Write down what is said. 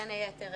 ובין היתר,